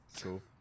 cool